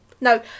No